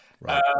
Right